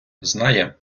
знає